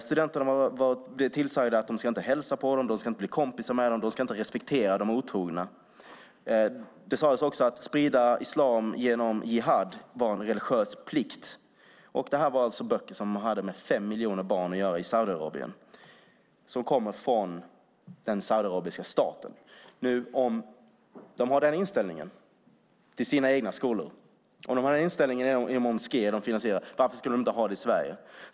Studenterna blev tillsagda att de inte ska hälsa på, bli kompisar med eller respektera de otrogna. Det sades också att spridning av islam genom jihad var en religiös plikt. Det här var alltså böcker som hade med fem miljoner barn att göra i Saudiarabien och som kom från den saudiarabiska staten. Om de nu har den inställningen till sina egna skolor och de moskéer de finansierar, varför skulle de inte ha den i Sverige?